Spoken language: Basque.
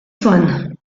zuen